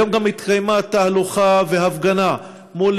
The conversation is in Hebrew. היום גם התקיימה תהלוכה והפגנה מול